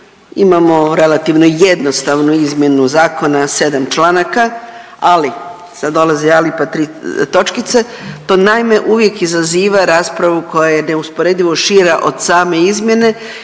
Imamo relativno jednostavnu izmjenu zakona, 7 članaka. Ali sada dolazi ali, pa tri točkice. To naime uvijek izaziva raspravu koja je neusporedivo šira od same izmjene